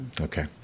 Okay